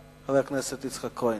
חבר הכנסת יצחק כהן.